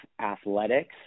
athletics